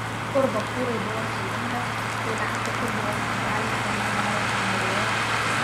kur bachūrai buvo sulindę kai lenkų futbolo sirgaliai kaune darė ką norėjo